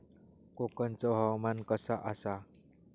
कोकनचो हवामान कसा आसा?